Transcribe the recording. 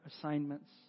assignments